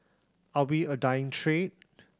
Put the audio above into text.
are we a dying trade